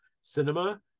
cinema